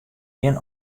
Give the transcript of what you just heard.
gjin